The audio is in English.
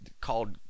called